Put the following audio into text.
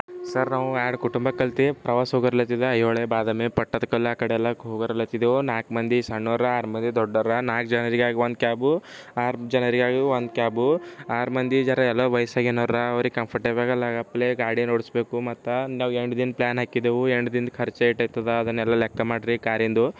sir ನಾವು ಎರಡು ಕುಟುಂಬ ಕಲೆತು ಪ್ರವಾಸ ಹೋಗರ್ಲತ್ತಿದೆ ಐಹೊಳೆ ಬಾದಾಮಿ ಪಟ್ಟದಕಲ್ಲು ಆ ಕಡೆ ಎಲ್ಲ ಹೋಗರ್ಲತ್ತಿದೆವು ನಾಲ್ಕು ಮಂದಿ ಸಣ್ಣವರು ಆರು ಮಂದಿ ದೊಡ್ಡವರು ನಾಲ್ಕು ಜನರಿಗಾಗಿ ಒಂಉ ಕ್ಯಾಬು ಆರು ಜನರಿಗಾಗಿ ಒಂದು ಕ್ಯಾಬು ಆರು ಮಂದಿ ಇದ್ದಾರೆ ಎಲ್ಲ ವಯಸ್ಸು ಆಗಿನವರು ಅವರಿಗೆ ಕಂಫರ್ಟೇಬಲ್ ಆಗಪ್ಲೇ ಗಾಡಿನ ಓಡಿಸ್ಬೇಕು ಮತ್ತೆ ನಾವು ಎಂಟು ದಿನ ಪ್ಲ್ಯಾನ್ ಹಾಕಿದ್ದೆವು ಎಂಟು ದಿನದ ಖರ್ಚು ಏಟ್ ಆಯ್ತದ ಅದನ್ನೆಲ್ಲ ಲೆಕ್ಕ ಮಾಡ್ರಿ ಕಾರಿಂದು